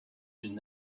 une